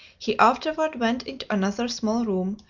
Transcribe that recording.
he afterward went into another small room,